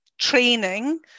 training